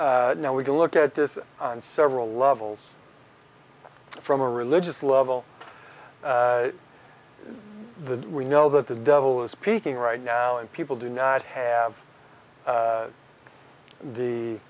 out now we can look at this on several levels from a religious level the we know that the devil is speaking right now and people do not have the whe